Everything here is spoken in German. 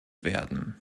werden